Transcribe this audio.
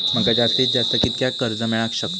माका जास्तीत जास्त कितक्या कर्ज मेलाक शकता?